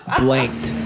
blanked